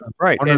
Right